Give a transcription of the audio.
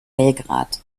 belgrad